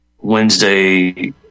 wednesday